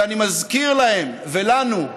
ואני מזכיר להם ולנו: